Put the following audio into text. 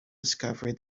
discovery